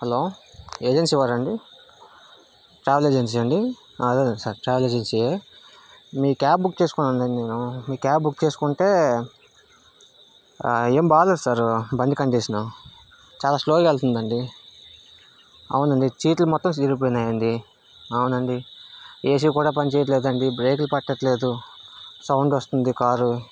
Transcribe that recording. hello agency వారా అండి travel agency అండి అదే సార్ ట్రావెల్ ఏజెన్సీయా మీ క్యాబ్ బుక్ చేసుకున్నాను అండి నేను మీ క్యాబ్ బుక్ చేసుకుంటే ఏమి బాలేదు సార్ బండి కండిషన్ చాలా స్లోగా వెళ్తుంది అండి అవునండి సీట్లు మొత్తం చినిగిపోయినాయి అండి అవునండి ఏసీ కూడా పనిచేయట్లేదు అండి బ్రేక్లు పడట్లేదు సౌండ్ వస్తుంది కారు